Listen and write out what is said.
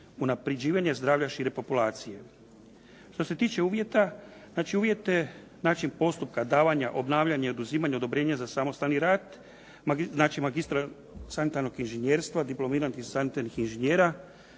unapređivanja zdravlja šire populacije. Što se tiče uvjeta. Znači uvjete, način postupka davanja, obnavljanja i oduzimanja odobrenja za samostalni rad znači magistar sanitarnog inženjerstva, diplomiranih sanitarnih inženjera,